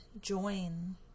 join